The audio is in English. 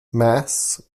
masts